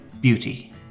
...beauty